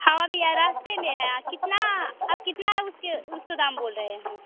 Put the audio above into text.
हम अभी रास्ते में है आ कितना आप कितना उसके उसका दाम बोल रहे हैं